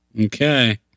Okay